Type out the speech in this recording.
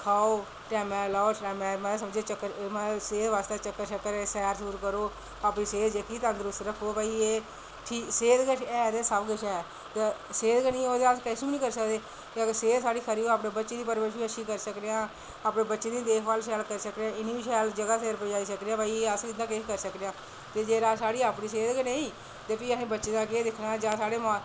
खाओ टैमे दा लाओ टेमे दा सेह्त बास्तै चक्कर शक्कर सैर सूर करो अपनी सेहत तंदरूस्त रक्खो भाई एह् सेह्त गै ऐ ते सब किश ऐ सेह्त गै नी होग ते अस किश बी नी करी सकदे ते अगर सेह्त साढ़ी खरी होऐ अपने बच्चें दी परबरिश बी खरी करी सकने आं अपने बच्चें दी देख भाल शैल करी सकने आं इनेंगी सैल जगाह् सिर पजैाई सकने आं भाई अस इंदा किश करी सकने आं कते जे साढ़े अपने सेह्त ठीक नी ते फ्ही असें बच्चें दा केह् दिक्खना जां असें